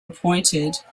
appointed